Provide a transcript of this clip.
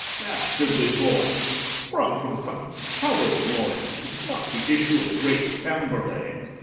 bastardly boy, sprung from some coward's loins, and not the issue of great tamburlaine!